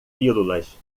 pílulas